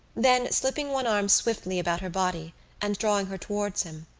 then, slipping one arm swiftly about her body and drawing her towards him,